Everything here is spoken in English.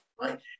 right